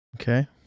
Okay